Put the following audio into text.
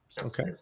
Okay